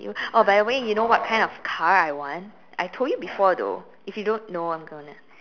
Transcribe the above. you oh by the way you know what kind of car I want I told you before though if you don't know I'm gonna